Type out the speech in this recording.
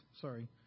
sorry